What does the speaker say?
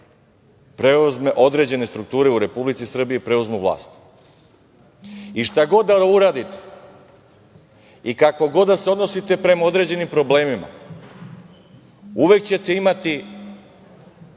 način određene strukture u Republici Srbiji preuzmu vlast. Šta god da uradite, kako god da se odnosite prema određenim problemima uvek ćete imati